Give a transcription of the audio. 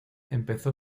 empezó